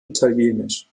italienisch